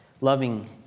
loving